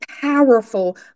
powerful